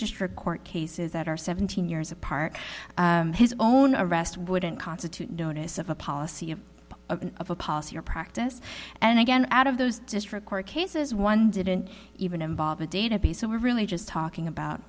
just for court cases that are seventeen years apart his own arrest wouldn't constitute notice of a policy of a policy or practice and again out of those district court cases one didn't even involve a database so we're really just talking about